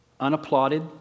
unapplauded